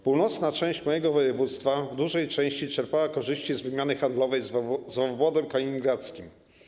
Północna część mojego województwa w dużej części czerpała korzyści z wymiany handlowej z obwodem kaliningradzkim.